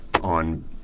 on